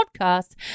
podcast